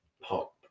pop